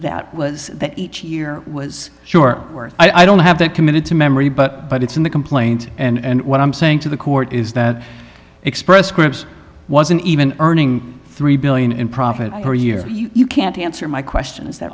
that was each year was sure worth i don't have that committed to memory but but it's in the complaint and what i'm saying to the court is that express scripts wasn't even earning three billion in profit per year you can't answer my question is that